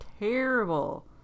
terrible